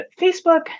Facebook